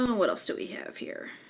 um what else do we have here?